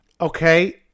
Okay